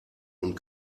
und